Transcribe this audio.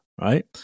right